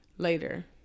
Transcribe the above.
later